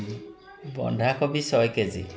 বন্ধাকবি ছয় K G